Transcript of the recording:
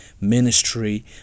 ministry